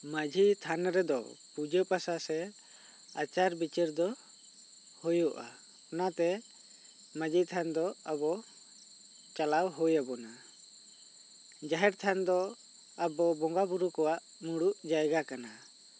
ᱢᱟᱹᱡᱷᱤ ᱛᱷᱟᱱ ᱨᱮᱫᱳ ᱯᱩᱡᱟ ᱯᱟᱥᱟ ᱥᱮ ᱟᱪᱟᱨ ᱵᱤᱪᱟ ᱨ ᱫᱚ ᱦᱳᱭᱳᱜᱼᱟ ᱚᱱᱟᱛᱮ ᱢᱟᱹᱡᱷᱤ ᱛᱷᱟᱱ ᱟᱵᱚ ᱪᱟᱞᱟᱣ ᱦᱩᱭᱟᱵᱚᱱᱟ ᱡᱟᱦᱮᱨ ᱛᱷᱟᱱ ᱫᱚ ᱟᱵᱚ ᱵᱚᱸᱜᱟ ᱵᱳᱨᱳ ᱠᱚᱣᱟᱜ ᱢᱩᱲᱩᱫ ᱡᱟᱭᱜᱟ ᱠᱟᱱᱟ